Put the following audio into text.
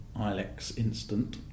Ilexinstant